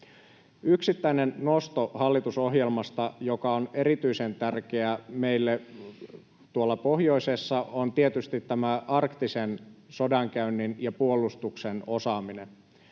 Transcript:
Yksittäinen nosto hallitusohjelmasta, joka on erityisen tärkeä meille tuolla pohjoisessa, on tietysti tämä arktisen sodankäynnin ja puolustuksen osaaminen.